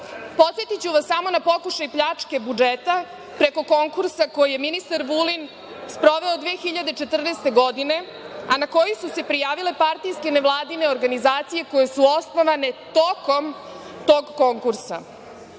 vas samo na pokušaj pljačke budžeta preko konkursa koji je ministar Vulin sproveo 2014. godine, a na koji su se prijavile partijske i nevladine organizacije koje su osnovane tokom tog konkursa.